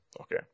Okay